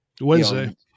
Wednesday